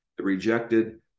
rejected